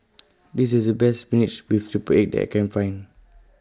This IS The Best Spinach with Triple Egg that I Can Find